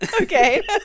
Okay